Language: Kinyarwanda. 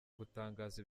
gutangaza